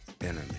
enemy